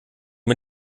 mir